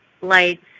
lights